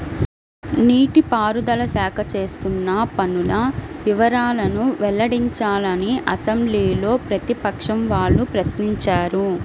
నీటి పారుదల శాఖ చేస్తున్న పనుల వివరాలను వెల్లడించాలని అసెంబ్లీలో ప్రతిపక్షం వాళ్ళు ప్రశ్నించారు